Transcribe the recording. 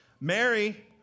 Mary